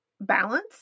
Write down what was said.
balance